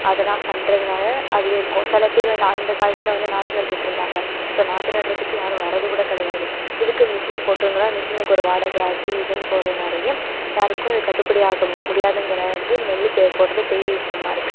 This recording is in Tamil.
அதெல்லாம் பண்ணுறதுனால அதுவே இருக்கும் சிலப் பேர் வந்து அந்த காலத்தில் வந்து நாற்று நட்டுகிட்டு இருந்தாங்க இப்போ நாற்று நடுறத்துக்கு யாரும் வர்றதுக்கூட கிடையாது இதுக்கு மிஷின் போட்டிருங்கனா மிஷினுக்கு ஒரு வாடகை அது இதுன்னு போகிறதுனாலயே யாருக்கும் இது கட்டுப்படியாக முடியாதுங்கிறது வந்து நெல் பெ போடுறதே பெரிய விஷயமா இருக்குது